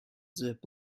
zip